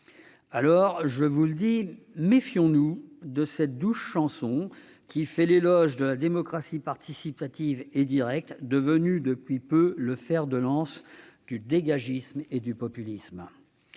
chers collègues, méfions-nous de cette douce chanson qui fait l'éloge de la démocratie participative et directe, devenue depuis peu le fer de lance du dégagisme et du populisme.